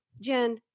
Jen